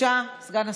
בבקשה, סגן השר.